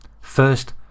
first